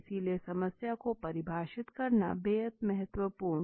इसलिए समस्या को परिभाषित करना बेहद महत्वपूर्ण